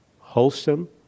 wholesome